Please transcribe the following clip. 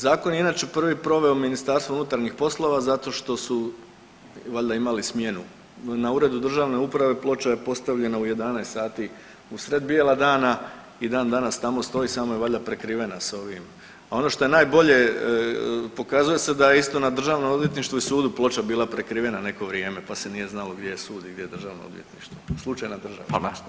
Zakon je inače prvi proveo MUP zato što su valjda imali smjenu, na uredu državne uprave ploča je postavljena u 11 sati usred bijela dana i dan danas tamo stoji samo je valjda prekrivena s ovim, a ono što je najbolje pokazuje se da je isto na državnom odvjetništvu i sudu ploča bila prekrivena neko vrijeme, pa se nije znalo gdje je sud i gdje je državno odvjetništvo, slučajna država.